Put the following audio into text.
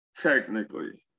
Technically